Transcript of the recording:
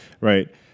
Right